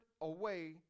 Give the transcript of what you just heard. away